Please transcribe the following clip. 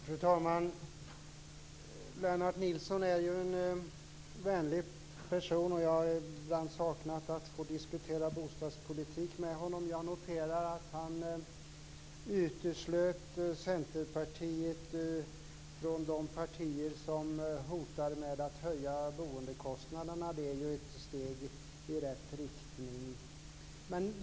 Fru talman! Lennart Nilsson är ju en vänlig person. Jag har ibland saknat att få diskutera bostadspolitik med honom. Jag noterar att han uteslöt Centerpartiet från de partier som hotar med att höja boendekostnaderna. Det är ju ett steg i rätt riktning.